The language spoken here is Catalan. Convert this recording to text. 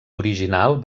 original